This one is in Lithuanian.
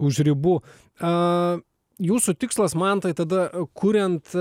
už ribų jūsų tikslas man tai tada kuriant